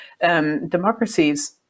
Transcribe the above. democracies